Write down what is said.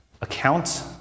account